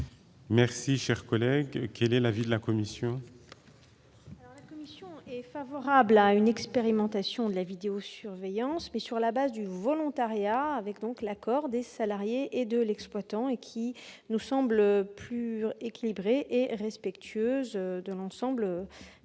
devons y réfléchir. Quel est l'avis de la commission ? La commission est favorable à une expérimentation de la vidéosurveillance, mais sur la base du volontariat, avec l'accord des salariés et de l'exploitant. Cette expérimentation nous semble plus équilibrée et respectueuse de l'ensemble des droits